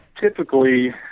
Typically